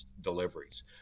deliveries